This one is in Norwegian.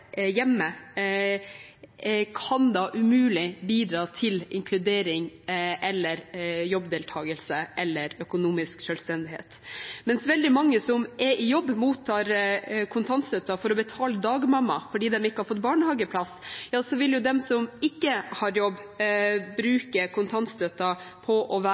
hjemme kan da umulig bidra til inkludering, jobbdeltakelse eller økonomisk selvstendighet. Mens veldig mange som er i jobb, mottar kontantstøtten for å betale dagmamma fordi de ikke har fått barnehageplass, vil de som ikke har jobb, bruke kontantstøtten på å være